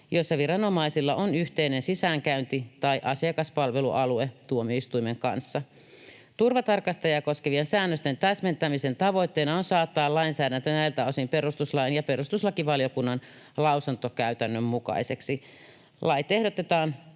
joissa viranomaisilla on yhteinen sisäänkäynti tai asiakaspalvelualue tuomioistuimen kanssa. Turvatarkastajia koskevien säännösten täsmentämisen tavoitteena on saattaa lainsäädäntö näiltä osin perustuslain ja perustuslakivaliokunnan lausuntokäytännön mukaiseksi. Lait ehdotetaan